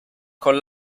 con